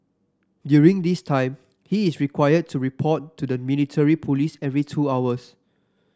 during this time he is required to report to the military police every two hours